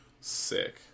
Sick